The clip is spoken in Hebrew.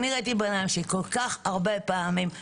ראיתי בעיניים שלי כל כך הרבה פעמים,